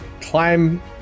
climb